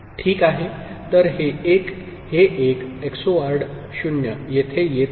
तर हे 1 हे 1 XORed 0 येथे येत आहे